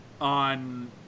on